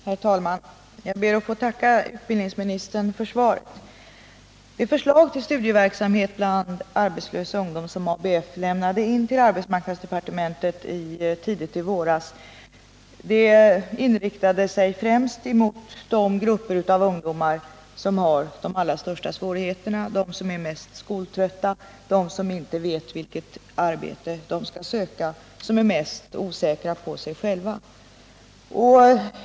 Herr talman! Jag ber att få tacka utbildningsministern för svaret. I det förslag till studieverksamhet bland arbetslös ungdom som ABF lämnade in till arbetsmarknadsdepartementet tidigt i våras inriktade man sig främst på de grupper av ungdomar som har de allra största svårigheterna, som är mest skoltrötta, som inte vet vilket arbete de skall söka och som är mest osäkra på sig själva.